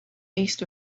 east